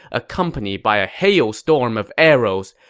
accompanied by a hailstorm of arrows.